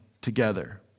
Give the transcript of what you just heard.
together